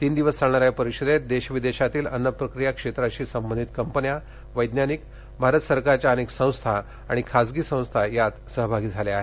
तीन दिवस चालणा या या परिषदेत देश विदेशातील अन्न प्रक्रीया क्षेत्राशी संबंधित कंपन्या वैज्ञानिक भारत सरकारच्या अनेक संस्था आणि खाजगी संस्था यात सहभागी झाल्या आहेत